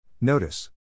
Notice